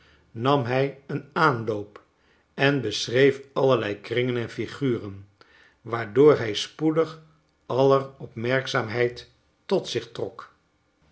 nam hij een aanloop en beschreef allerlei kringen en figuren waardoor hij spoedig aller opmerkzaamheid tot zich trok